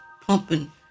pumping